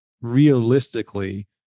realistically